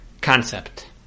concept